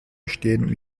bestehen